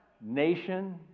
nation